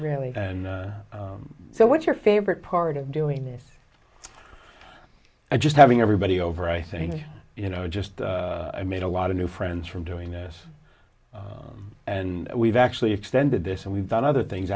really and so what's your favorite part of doing this i just having everybody over i think you know just i made a lot of new friends from doing this and we've actually extended this and we've done other things